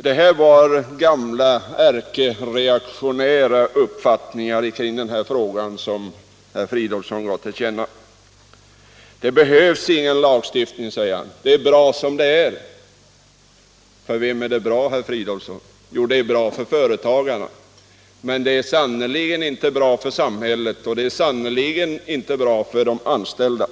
Det var gamla ärkereaktionära uppfattningar kring frågan som herr Fridolfsson här gav till känna. Det behövs ingen lagstiftning, sade han; det är bra som det är. För vem är det bra, herr Fridolfsson? Jo, det är bra för företagaren, men det är sannerligen inte bra för samhället — och det är sannerligen inte heller bra för de anställda.